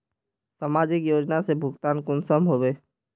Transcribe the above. समाजिक योजना से भुगतान कुंसम होबे?